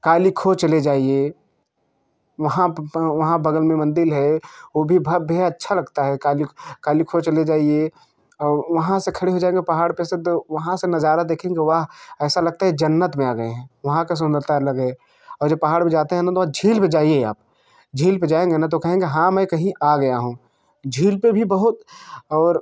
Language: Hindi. कालीखो चले जाइए वहाँ पर वहाँ बगल में मंदिर है वह भी भव्य है अच्छा लगता है काली कालीखो चले जाइए और वहाँ से खड़े हो जा करके पहाड़ कैसे तो वहाँ से नज़ारा देखेंगे ऐसा लगता है जन्नत में आ गएँ हैं वहाँ का सुंदरता अलग है और जो पहाड़ पर जाते हैं ना तो झील में जाइए आप झील जाएँगे ना तो कहेंगे हाँ मैं कहीं आ गया हूँ झील पर भी बहुत और